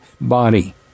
body